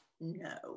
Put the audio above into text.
no